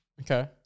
Okay